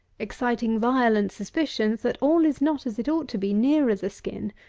exciting violent suspicions that all is not as it ought to be nearer the skin,